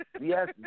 yes